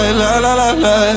la-la-la-la